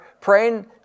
praying